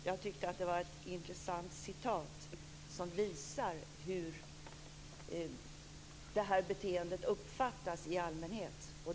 Jag tyckte att det var ett intressant citat som visar hur det här beteendet uppfattas i allmänhet.